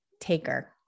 taker